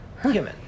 Human